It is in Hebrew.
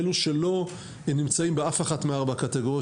אלו שלא נמצאים באף אחת מארבע הקטגוריות